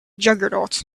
juggernaut